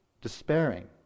despairing